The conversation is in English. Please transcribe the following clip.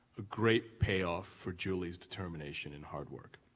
a great payoff for julie's determination and hard work.